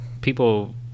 people